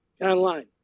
online